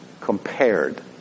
compared